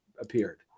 appeared